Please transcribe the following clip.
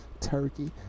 turkey